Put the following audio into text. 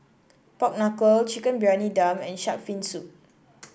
Pork Knuckle Chicken Briyani Dum and shark's fin soup